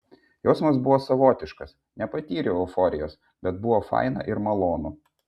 jausmas buvo savotiškas nepatyriau euforijos bet buvo faina ir malonu